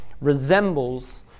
resembles